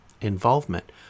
involvement